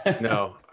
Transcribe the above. no